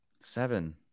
Seven